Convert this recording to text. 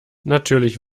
natürlich